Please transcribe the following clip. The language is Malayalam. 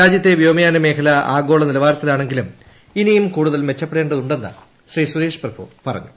രാജ്യത്തെ വ്യോമയാന മേഖല ആഗോള നിലവാരത്തിലാണെങ്കിലും ഇനിയും കൂടുതൽ മെച്ചപ്പെടേ ണ്ടതുണ്ടെന്ന് ശ്രീ സുരേഷ് പ്രഭു പറഞ്ഞു